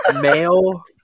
male